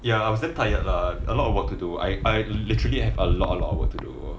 ya I was damn tired lah a lot of work to do I I literally have a lot a lot of work to do